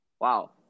wow